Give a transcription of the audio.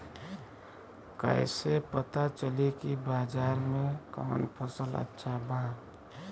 कैसे पता चली की बाजार में कवन फसल अच्छा बा?